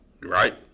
Right